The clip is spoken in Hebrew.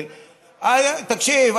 תקשיב,